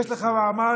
יש לך מעמד